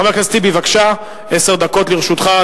חבר הכנסת טיבי, בבקשה, עשר דקות לרשותך.